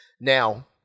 Now